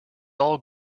all